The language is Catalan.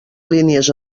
línies